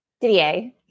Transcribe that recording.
Didier